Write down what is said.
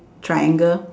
triangle